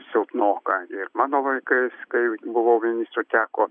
silpnoka ir mano laikais kai buvau ministru teko